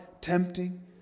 tempting